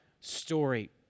story